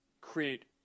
create